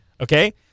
Okay